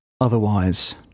Otherwise